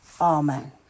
Amen